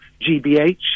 GBH